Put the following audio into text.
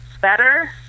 better